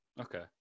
okay